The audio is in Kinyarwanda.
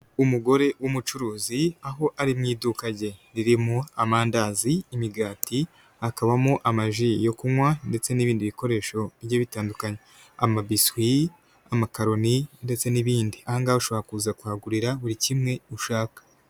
Umugore w'umucuruzi aho ari mu iduka rye ririmo amandazi, imigati hakabamo amaji yo kunywa ndetse n'ibindi bikoresho bigiye bitandukanye, amabiswi, amakaroni ndetse n'ibindi ahangaha ushobora kuza kuhagurira buri kimwe ushaka.